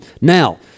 now